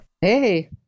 Hey